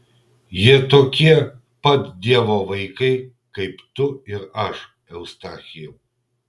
jie tokie pat dievo vaikai kaip tu ir aš eustachijau